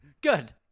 Good